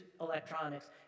electronics